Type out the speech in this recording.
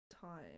time